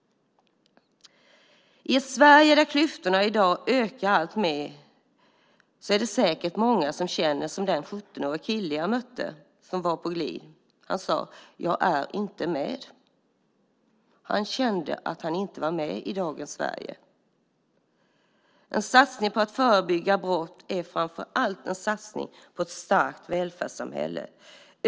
I ett Sverige där klyftorna ökar alltmer är det säkert många som känner som den 17-årige kille på glid som jag mötte. Han sade: Jag är inte med. Han kände att han inte var med i dagens Sverige. En satsning på att förebygga brott är framför allt en satsning på ett starkt välfärdssamhälle.